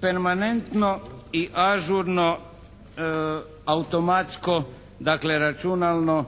permanentno i ažurno automatsko, dakle računalno